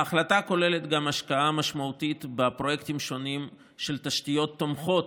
ההחלטה כוללת גם השקעה משמעותית בפרויקטים שונים של תשתיות התומכות